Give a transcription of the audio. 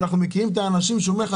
ואנחנו מכירים את האנשים שאומרים לך,